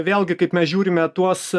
vėlgi kaip mes žiūrime tuos